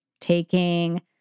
taking